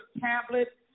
tablet